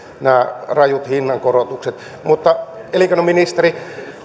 nämä rajut hinnankorotukset elinkeinoministeri